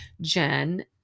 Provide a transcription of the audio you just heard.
Jen